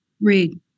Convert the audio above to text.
Read